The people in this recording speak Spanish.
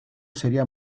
sería